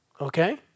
Okay